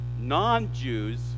non-Jews